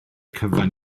cyfan